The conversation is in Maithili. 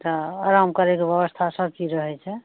अच्छा आराम करयके व्यवस्था सबचीज रहय छै